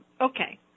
Okay